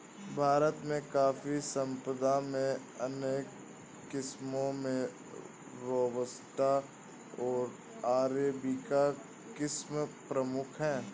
भारत में कॉफ़ी संपदा में अनेक किस्मो में रोबस्टा ओर अरेबिका किस्म प्रमुख है